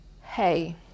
hey